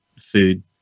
food